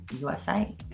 USA